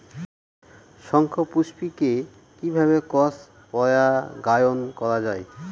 শঙ্খপুষ্পী কে কিভাবে ক্রস পরাগায়ন করা যায়?